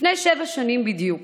לפני שבע שנים בדיוק,